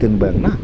दोनबाय आरो ना